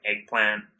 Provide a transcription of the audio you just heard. eggplant